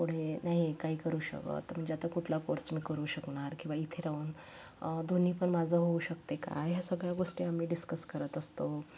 नाही काही करू शकत म्हणजे आता कुठला कोर्स मी करू शकणार किंवा इथे राहून दोन्ही पण माझं होऊ शकते का या सगळ्या गोष्टी आम्ही डिस्कस करत असतो